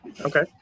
okay